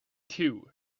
two